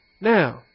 now